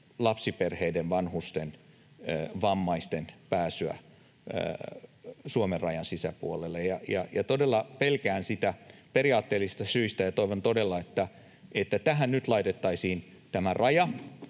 lapsiperheiden, vanhusten tai vammaisten pääsyä Suomen rajan sisäpuolelle. Todella pelkään sitä periaatteellisista syistä, ja toivon todella, että tähän nyt laitettaisiin tämä raja,